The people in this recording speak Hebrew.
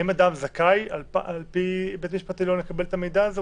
האם על פי בית המשפט העליון האדם זכאי לקבל את המידע הזה?